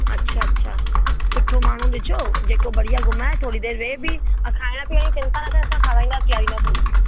अच्छा अच्छा सुठो माण्हू ॾिजो जेको बढ़िया घुमाए थोरी देरि वेह बि औरि खाइणु पीअण जी चिंता न कयो असां खाराईंदासीं पिआरींदासीं हुन खे